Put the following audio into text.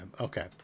okay